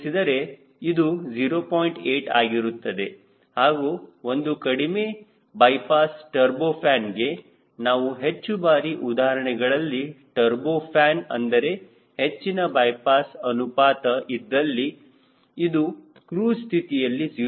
8 ಆಗಿರುತ್ತದೆ ಹಾಗೂ ಒಂದು ಕಡಿಮೆ ಬೈಪಾಸ್ ಟರ್ಬೋ ಫ್ಯಾನ್ಗೆ ನಾವು ಹೆಚ್ಚು ಬಾರಿ ಉದಾಹರಣೆಗಳಲ್ಲಿ ಟರ್ಬೋ ಫ್ಯಾನ್ ಅಂದರೆ ಹೆಚ್ಚಿನ ಬೈಪಾಸ್ ಅನುಪಾತ ಇದ್ದಲ್ಲಿ ಇದು ಕ್ರೂಜ್ ಸ್ಥಿತಿಯಲ್ಲಿ 0